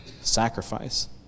sacrifice